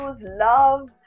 love